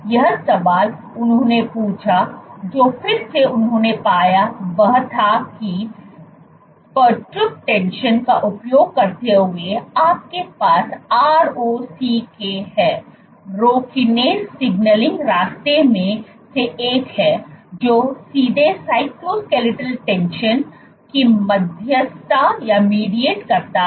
यह सवाल उन्होंने पूछा और जो फिर से उन्होंने पाया वह था कि पेरटब टेंशन का उपयोग करते हुए आपके पास ROCK है Rho Kinase सिग्नलिंग रास्तों में से एक है जो सीधे साइटोस्केलेटल टेंशन की मध्यस्थता करता है